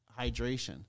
hydration